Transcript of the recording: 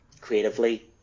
creatively